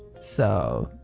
so.